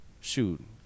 shoot